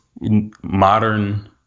modern